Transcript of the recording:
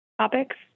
topics